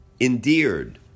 endeared